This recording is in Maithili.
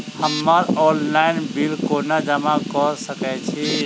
हम्मर ऑनलाइन बिल कोना जमा कऽ सकय छी?